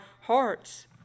hearts